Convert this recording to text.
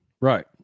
Right